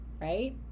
right